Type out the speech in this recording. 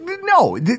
no